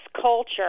culture